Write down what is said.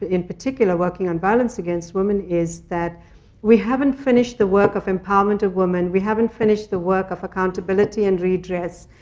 in particular working on violence against women, is that we haven't finished the work of empowerment of women. we haven't finished the work of accountability and redress.